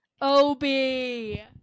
Obi